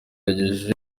yagejeje